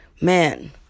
man